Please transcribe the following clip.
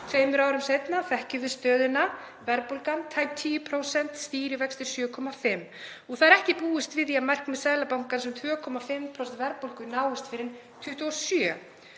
Tveimur árum seinna þekkjum við stöðuna, verðbólgan tæp 10%, stýrivextir 7,5. Það er ekki búist við því að markmið Seðlabankans um 2,5% verðbólgu náist fyrr en